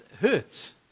hurts